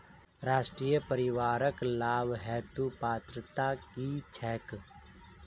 राष्ट्रीय परिवारिक लाभ हेतु पात्रता की छैक